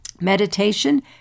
Meditation